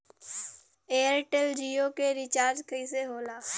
Airtel Jio के recharge कैसे होला?